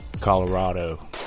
Colorado